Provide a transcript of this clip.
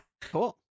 Cool